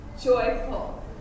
joyful